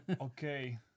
Okay